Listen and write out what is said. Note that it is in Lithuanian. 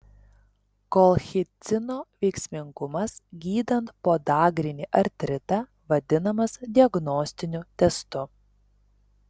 kolchicino veiksmingumas gydant podagrinį artritą vadinamas diagnostiniu testu